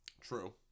True